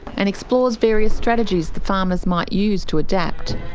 and explores various strategies the farmers might use to adapt.